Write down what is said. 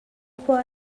khua